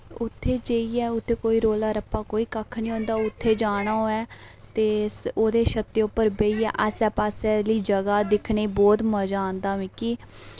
उत्थै जाइयै उत्थै कोई रैला रप्पा कोई कक्ख नेईं होंदा उत्थे जाना होऐ ते ओह्दे छतै उप्पर बेहियै आस्सै पास्सै आह्ली जगह दिक्खने ई बहुत मजा औंदा मिकी